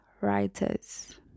writers